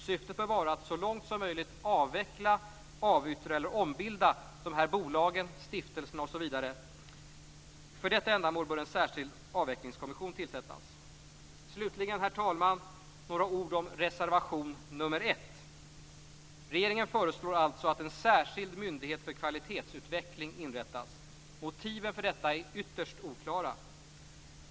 Syftet bör vara att så långt som möjligt avveckla, avyttra eller ombilda dessa bolag, stiftelser osv. För detta ändamål bör en särskild avvecklingskommission tillsättas. Slutligen, herr talman, vill jag säga några ord om reservation nr 1. Regeringen föreslår alltså att en särskild myndighet för kvaltitetsutveckling inrättas. Motiven för detta är ytterst oklara.